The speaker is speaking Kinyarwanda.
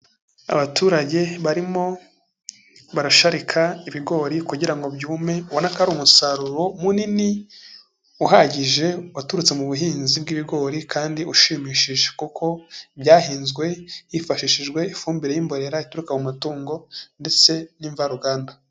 Abaturage barimo barasharika ibigori kugira ngo byume ubona ko ari umusaruro munini uhagije waturutse mu buhinzi bw'ibigori kandi ushimishije. Kuko byahinzwe hifashishijwe ifumbire y'imbonera ituruka mu matungo ndetse n'imvaruganda.